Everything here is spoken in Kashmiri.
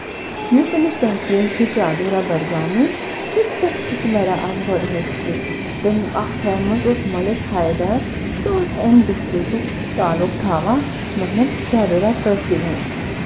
یُس اَمِچ تٔحصیٖل چھِ چاڈورا بڈگامٕچ سُہ تہِ چھِ تَتھ تہِ چھِ اکھ بٔڑ ہِسٹرٛی تٔمۍ اکھ فٮ۪مَس اوس مٔلِک ہٮ۪در سُہ اوس اَمہِ ڈِسٹرکُک تعلُق تھاوان مطلب چاڈوٗرا تحصیٖل ہُند